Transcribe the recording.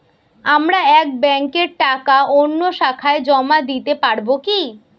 আমার এক ব্যাঙ্কের টাকা অন্য শাখায় জমা দিতে পারব কি?